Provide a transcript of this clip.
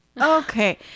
Okay